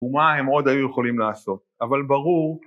ומה הם עוד היו יכולים לעשות אבל ברור